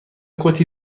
کتی